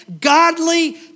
godly